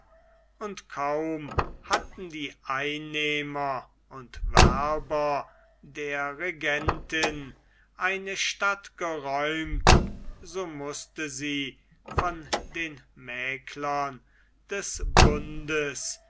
und kaum hatten die einnehmer und werber der regentin eine stadt geräumt so mußte sie von den mäklern des bundes